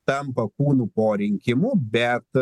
tampa kūnu po rinkimų bet